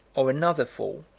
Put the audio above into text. or another fall,